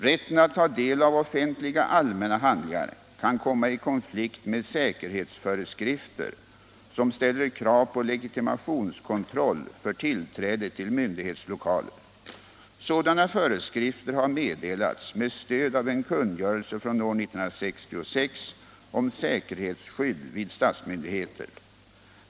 Rätten att ta del av offentliga allmänna handlingar kan komma i konflikt med säkerhetsföreskrifter, som ställer krav på legitimationskontroll för tillträde till myndighets lokaler. Sådana föreskrifter har meddelats med stöd av en kungörelse från år 1966 om säkerhetsskydd vid statsmyndigheter.